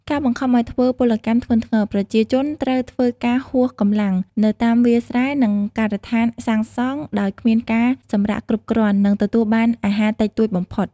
ការបង្ខំឲ្យធ្វើពលកម្មធ្ងន់ធ្ងរ ប្រជាជនត្រូវធ្វើការហួសកម្លាំងនៅតាមវាលស្រែ និងការដ្ឋានសាងសង់ដោយគ្មានការសម្រាកគ្រប់គ្រាន់ និងទទួលបានអាហារតិចតួចបំផុត។